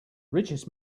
richest